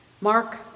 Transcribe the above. Mark